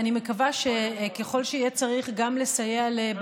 הוגשו כמה בקשות לרשות